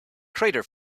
crater